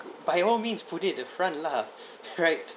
by all means put it at the front lah right